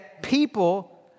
People